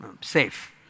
safe